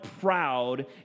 proud